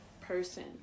person